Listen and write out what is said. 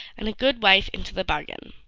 and a good wife into the bargain.